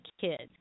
kids